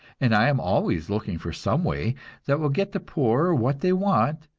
and i am always looking for some way that will get the poor what they want,